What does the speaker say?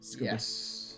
Yes